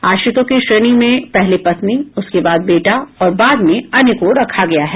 आश्रितों की श्रेणी में पहले पत्नी उसके बाद बेटा और बाद में अन्य को रखा गया है